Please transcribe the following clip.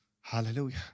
hallelujah